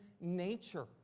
nature